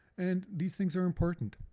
and these things are important,